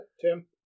Tim